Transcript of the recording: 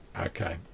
Okay